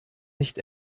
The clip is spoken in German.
nicht